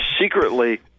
secretly